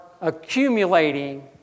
accumulating